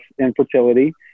infertility